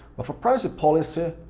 but for privacy policy,